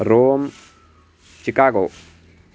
रों चिकागो